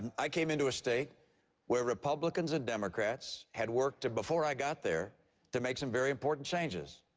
i came into a state where republicans and democrats had worked to before i got there to make some very important changes.